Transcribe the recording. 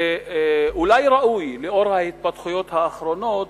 שאולי ראוי, לאור ההתפתחויות האחרונות,